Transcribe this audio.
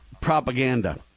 propaganda